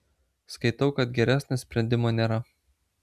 skaitau kad geresnio sprendimo nėra